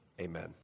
Amen